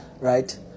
Right